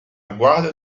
guarda